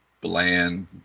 bland